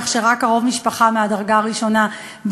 כך שרק קרוב משפחה מהדרגה הראשונה,